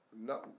No